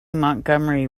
montgomery